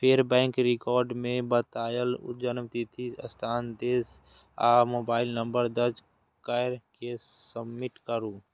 फेर bank record मे बतायल जन्मतिथि, स्थान, देश आ मोबाइल नंबर दर्ज कैर के सबमिट करू